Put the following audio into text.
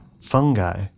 fungi